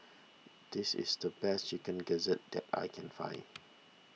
this is the best Chicken Gizzard that I can find